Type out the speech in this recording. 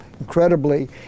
incredibly